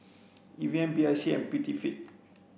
Evian B I C and Prettyfit